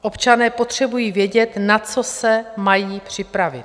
Občané potřebují vědět, na co se mají připravit.